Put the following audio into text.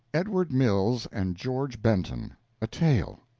edward mills and george benton a tale